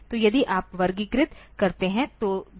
तो यदि आप वर्गीकृत करते हैं तो दो प्रमुख वर्ग हैं